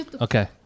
Okay